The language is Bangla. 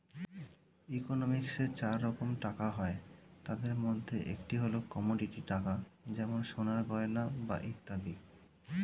ইকোনমিক্সে চার রকম টাকা হয়, তাদের মধ্যে একটি হল কমোডিটি টাকা যেমন সোনার গয়না বা ইত্যাদি